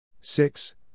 six